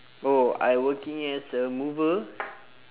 oh I working as a mover